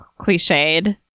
cliched